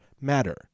matter